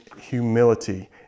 humility